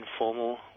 informal